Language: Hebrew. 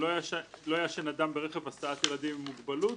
"לא יעשן אדם ברכב הסעת ילדים עם מוגבלות,